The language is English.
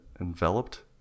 enveloped